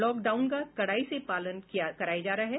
lockdown का कड़ाई से पालन कराया जा रहा है